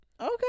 Okay